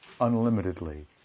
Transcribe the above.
unlimitedly